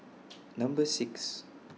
Number six